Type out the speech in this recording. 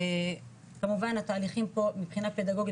כמובן התהליכים פה מבחינה פדגוגית